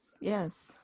yes